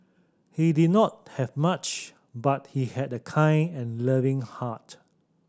he did not have much but he had a kind and loving heart